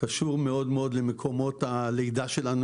קשור מאוד מאוד למקומות הלידה שלנו,